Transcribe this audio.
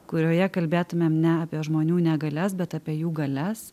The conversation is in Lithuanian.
kurioje kalbėtumėm ne apie žmonių negalias bet apie jų galias